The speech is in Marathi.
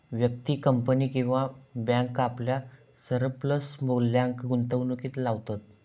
व्यक्ती, कंपनी किंवा बॅन्क आपल्या सरप्लस मुल्याक गुंतवणुकीत लावतत